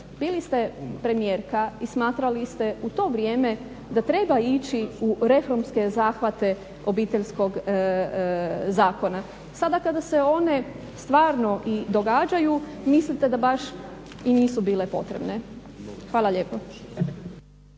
bili ste premijerka i smatrali ste u to vrijeme da treba ići u reformske zahvate obiteljskog zakona. Sada kada se one stvarno i događaju mislite da baš i nisu bile potrebne. Hvala lijepo.